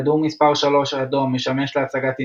כדור מספר 3 - אדום - משמש להצגת אינדיאנים.